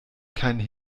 keinen